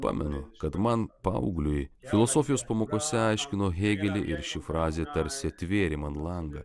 pamenu kad man paaugliui filosofijos pamokose paaiškino hėgelį ir ši frazė tarsi atvėrė man langą